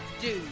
Dude